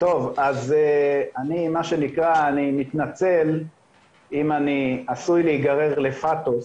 אני מתנצל אם אני עשוי להגרר לפאתוס,